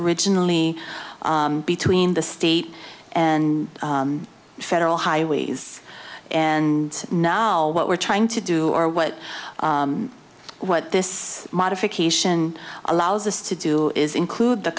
originally between the state and federal highways and now what we're trying to do or what what this modification allows us to do is include the